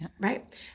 right